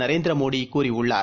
நரேந்திரமோடிகூறியுள்ளார்